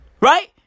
right